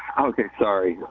okay. sorry.